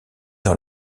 dans